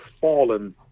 fallen